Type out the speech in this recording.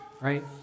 right